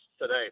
today